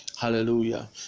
Hallelujah